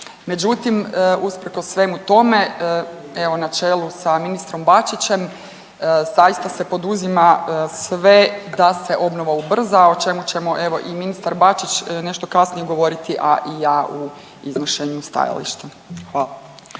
Međutim, usprkos svemu tome evo na čelu sa ministrom Bačićem zaista se poduzima sve da se obnova ubrza o čemu ćemo evo i ministar Bačić nešto kasnije govoriti, a i ja u iznošenju stajališta. Hvala.